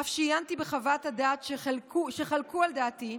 אף שעיינתי בחוות הדעת שחלקו על דעתי,